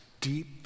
deep